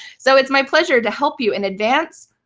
so it's my pleasure to help you in advance.